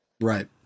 Right